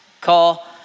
call